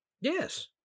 Yes